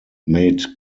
made